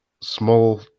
small